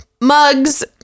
mugs